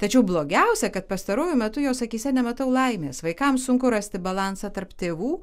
tačiau blogiausia kad pastaruoju metu jos akyse nematau laimės vaikams sunku rasti balansą tarp tėvų